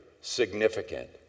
significant